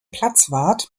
platzwart